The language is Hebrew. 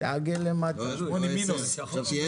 אתמול הייתה לי שיחה מאוד קשה עם